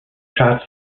shots